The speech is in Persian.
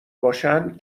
باشن